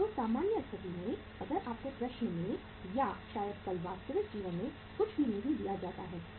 तो सामान्य स्थिति में अगर आपको प्रश्न में या शायद कल वास्तविक जीवन में कुछ भी नहीं दिया जाता है तो